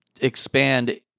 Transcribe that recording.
expand